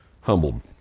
humbled